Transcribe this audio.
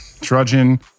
Trudging